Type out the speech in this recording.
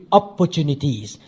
opportunities